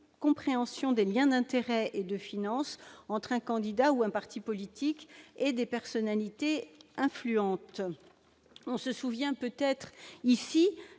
compréhension des liens d'intérêts et de finances entre un candidat ou un parti politique et des personnalités influentes. Peut-être se souvient-on ici